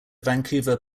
vancouver